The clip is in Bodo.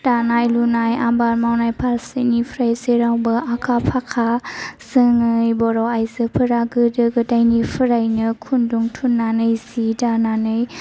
दानाय लुनाय आबाद मावनाय फारसेनिफ्राय जेरावबो आखा फाखा जोङै बर' आइजोफोरा गोदा गोदायनिफोरायनो खुन्दुं थुननानै सि दानानै